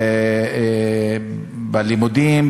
בלימודים,